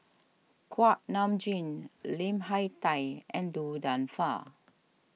Kuak Nam Jin Lim Hak Tai and Du Nanfa